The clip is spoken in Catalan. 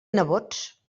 nebots